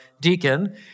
deacon